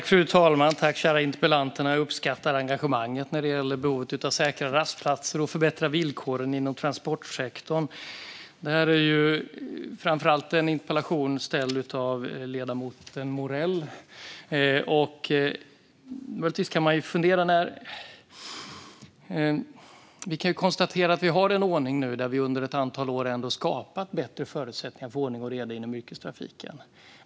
Fru talman! Tack, kära interpellanter! Jag uppskattar engagemanget när det gäller behovet av säkrare rastplatser och förbättrade villkor inom transportsektorn. Det här är en interpellation ställd av ledamoten Morell, och man kan möjligtvis fundera över det. Vi kan konstatera att vi nu har en ordning där vi under ett antal år skapat bättre förutsättningar för ordning och reda inom yrkestrafiken.